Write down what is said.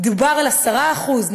דובר על 10%?